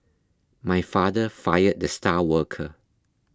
my father fired the star worker